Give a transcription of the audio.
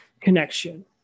connection